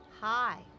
Hi